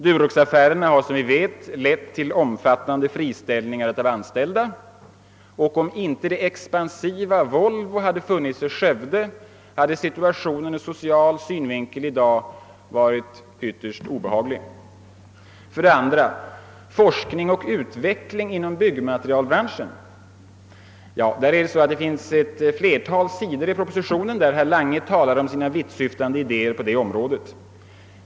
Duroxaffären har som vi vet lett till omfattande friställningar av anställda, och om inte det expansiva Volvo hade funnits i Skövde, hade situationen ur social synvinkel i dag varit ytterst obehaglig. 2. Forskning och utveckling inom byggmaterielbranschen. I propositionen talar herr Lange på ett flertal sidor om sina vittsyftande idéer på detta område.